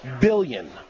billion